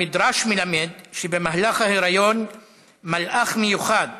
המדרש מלמד שבמהלך ההיריון מלאך מיוחד